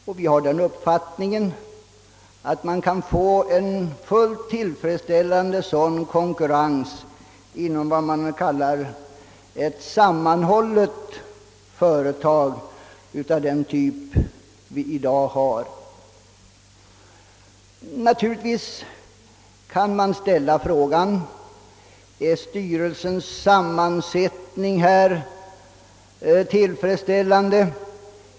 Och vi har den uppfattningen att vi kan få en tillfredsställande konkurrens inom vad vi kallar ett sammanhållet företag av den typ vi har i dag. Man kan naturligtvis ställa frågan huruvida företagsstyrelsens sammansättning är riktig.